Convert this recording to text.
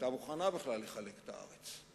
שהיתה מוכנה בכלל לחלק את הארץ,